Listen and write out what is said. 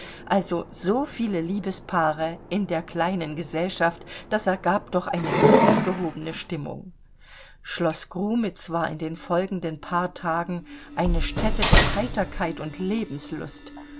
also so viele liebespaare in der kleinen gesellschaft das ergab doch eine glücksgehobene stimmung schloß grumitz war in den folgenden paar tagen eine stätte der heiterkeit und lebenslust